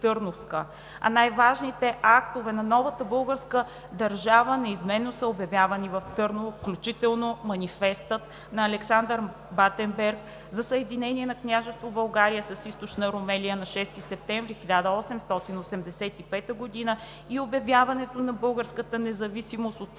а най-важните актове на новата българска държава неизменно са обявявани в Търново, включително Манифестът на Александър Батенберг за Съединението на Княжество България с Източна Румелия на 6 септември 1885 г. и обявяването на българската независимост от цар